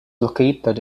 located